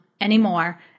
anymore